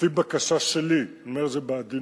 לפי בקשה שלי, אני אומר את זה בעדינות,